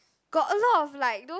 got a lot of like those